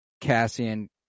Cassian